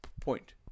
point